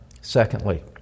secondly